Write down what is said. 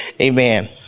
Amen